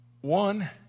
one